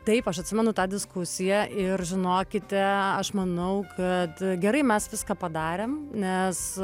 taip aš atsimenu tą diskusiją ir žinokite aš manau kad gerai mes viską padarėm nes